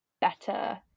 better